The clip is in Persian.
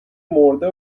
مرده